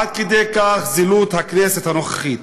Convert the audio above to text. עד כדי כך זילות הכנסת הנוכחית.